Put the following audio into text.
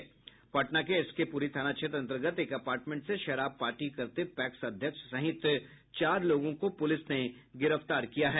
पटना के एसके पुरी थाना क्षेत्र अन्तर्गत एक अपार्टमेंट से शराब पार्टी करते पैक्स अध्यक्ष सहित चार लोगों को पुलिस ने गिरफ्तार किया है